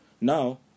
now